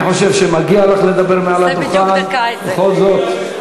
אני חושב שמגיע לך לדבר מעל הדוכן בכל זאת.